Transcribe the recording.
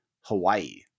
Hawaii